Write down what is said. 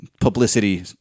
publicity